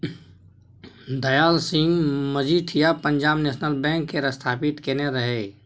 Dayal Singh Majithia Punjab National Bank केर स्थापित केने रहय